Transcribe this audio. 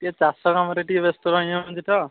ଟିକିଏ ଚାଷ କାମରେ ଟିକିଏ ବ୍ୟସ୍ତ ରହିଯାଉଛି ତ